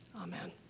Amen